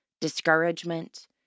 discouragement